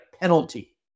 penalty